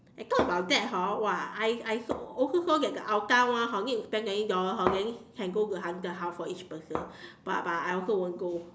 and talk about that hor !wah! I I also get the Hougang one hor need to spend ninety dollars hor then can go to haunted house for each person but but I also won't go